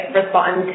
respond